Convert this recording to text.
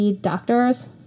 doctors